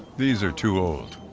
these are too old.